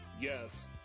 Yes